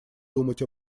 думать